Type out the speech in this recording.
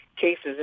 cases